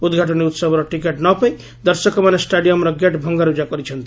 ଉଦ୍ଘାଟନୀ ଉହବର ଟିକେଟ୍ ନ ପାଇ ଦର୍ଶକମାନେ ଷ୍ଟାଡିୟମ୍ର ଗେଟ୍ ଭଙ୍ଗାରୁଜା କରିଛନ୍ତି